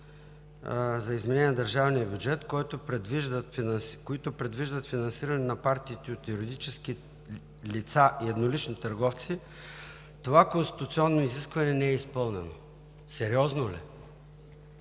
за изменение на държавния бюджет, които предвиждат финансиране на партиите от юридически лица и еднолични търговци, това конституционно изискване не е изпълнено“. Сериозно ли?